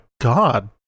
God